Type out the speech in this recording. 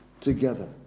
together